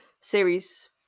series